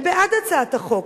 הם בעד הצעת החוק.